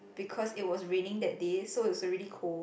because it was raining that day so it was really cold